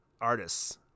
artists